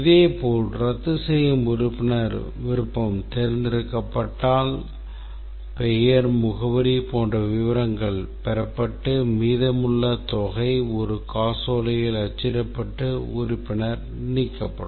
இதேபோல் ரத்துசெய்யும் உறுப்பினர் விருப்பம் தேர்ந்தெடுக்கப்பட்டால் பெயர் முகவரி போன்ற விவரங்கள் பெறப்பட்டு மீதமுள்ள தொகை ஒரு காசோலையில் அச்சிடப்பட்டு உறுப்பினர் நீக்கப்படும்